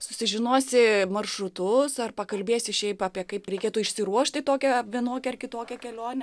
susižinosi maršrutus ar pakalbėsi šiaip apie kaip reikėtų išsiruošti į tokią vienokią ar kitokią kelionę